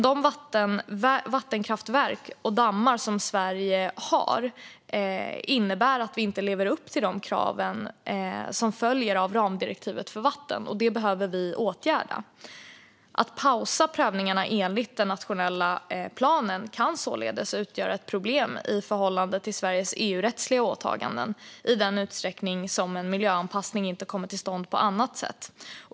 De vattenkraftverk och dammar som innebär att Sverige inte lever upp till de krav som följer av ramdirektivet för vatten behöver åtgärdas. Att pausa prövningarna enligt den nationella planen kan således utgöra ett problem i förhållande till Sveriges EU-rättsliga åtaganden i den utsträckning en miljöanpassning inte kommer till stånd på annat sätt.